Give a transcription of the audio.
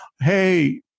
hey